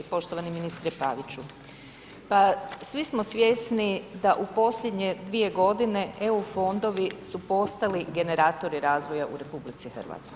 Poštovani ministre Paviću, pa svi smo svjesni da u posljednje 2 godine EU fondovi su postali generatori razvoja u RH.